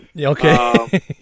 Okay